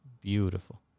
Beautiful